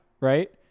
Right